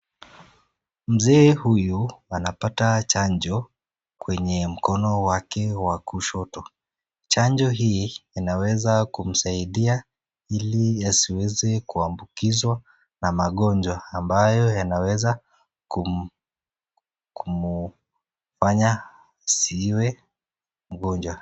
Mzee huyu anapata chanjo kwenye mkono wake wa kushoto. Chanjo hii inaweza kumsaidia ili asiweze kuambukizwa na magonjwa ambayo yanaweza kumfanya asiwe mgonjwa.